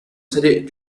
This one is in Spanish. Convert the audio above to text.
serie